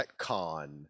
retcon